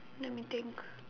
let me think